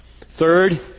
Third